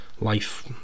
life